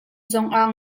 zongah